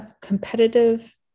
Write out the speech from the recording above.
competitive